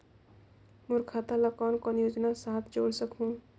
मोर खाता ला कौन कौन योजना साथ जोड़ सकहुं?